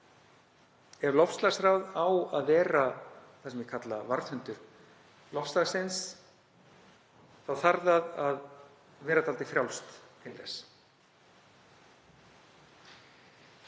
Ef loftslagsráð á að vera það sem er kallað varðhundur loftslagsins þá þarf það að vera dálítið frjálst til þess.